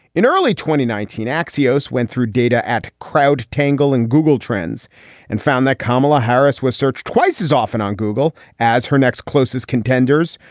in early twenty nineteen, axios went through data at crowd tangle and google trends and found that kamala harris was searched twice as often on google as her next closest contenders.